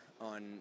on